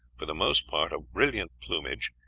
for the most part of brilliant plumage,